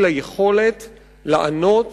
היכולת לענות